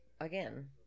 again